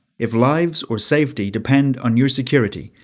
if lives or safety depend on your security,